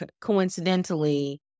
coincidentally